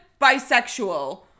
bisexual